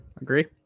agree